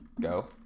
Go